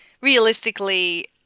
realistically